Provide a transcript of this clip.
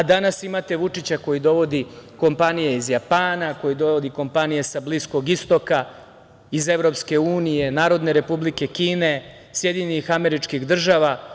Danas imate Vučića koji dovodi kompanije iz Japana, koji dovodi kompanije sa Bliskog istoka iz EU, Narodne Republike Kine, SAD.